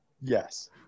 yes